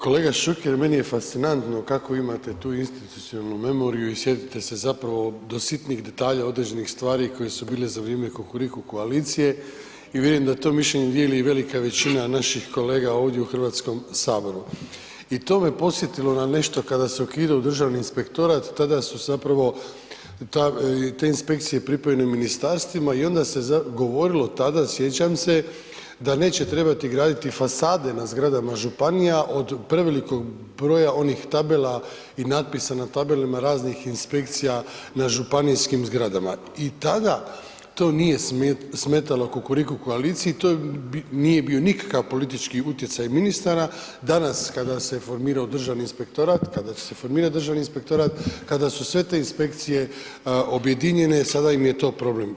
Kolega Šuker, meni je fascinantno kako imate tu institucionalnu memoriju i sjetite se zapravo do sitnih detalja određenih stvari koje su bile za vrijeme Kukuriku koalicije i vjerujem da to mišljenje dijeli i velika većina naših kolega ovdje u Hrvatskom saboru i to me podsjetilo na nešto kada se ukidao Državni inspektorat, tada su zapravo te inspekcije pripojene ministarstvima i onda se govorilo tada sjećam se, da neće trebati graditi fasade na zgrada županija od prevelikog broja onih tabela i natpisa na tabelama raznih inspekcija na županijskim zgradama i tada to nije smetalo Kukuriku koaliciji, to nije bio nikakav politički utjecaj ministara, danas kada se formirao Državni inspektorat, kada će se formirat Državni inspektorat, kad su sve te inspekcije objedinjene, sada im je to problem.